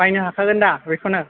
बायनो हाखागोनदा बेखौनो